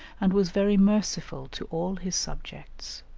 and was very merciful to all his subjects.